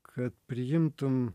kad priimtum